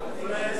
כל האזרחים.